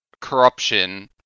corruption